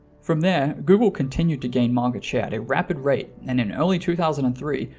from there, google continued to gain market share a rapid rate and in early two thousand and three,